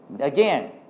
again